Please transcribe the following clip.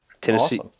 Tennessee